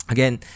Again